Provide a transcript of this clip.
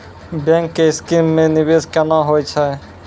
Bank के scheme मे निवेश केना होय छै?